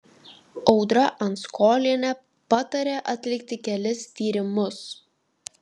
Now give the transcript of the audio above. audra anskolienė patarė atlikti kelis tyrimus